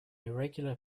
irregular